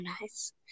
nice